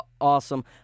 awesome